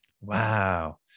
Wow